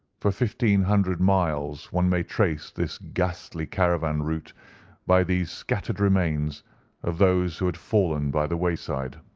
for fifteen hundred miles one may trace this ghastly caravan route by these scattered remains of those who had fallen by the wayside.